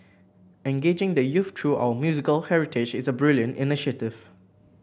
engaging the youth through our musical heritage is a brilliant initiative